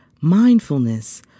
mindfulness